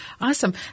Awesome